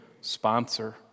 sponsor